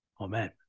Amen